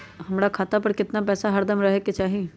हमरा खाता पर केतना पैसा हरदम रहे के चाहि?